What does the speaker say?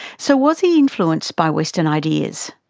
so was he influenced by western ideas?